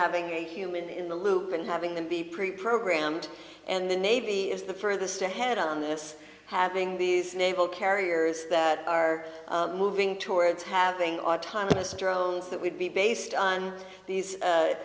having a human in the loop and having them be preprogrammed and the navy is the furthest ahead on this having these naval carriers that are moving towards having autonomous drones that would be based on these